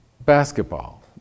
basketball